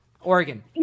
Oregon